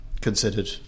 considered